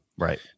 Right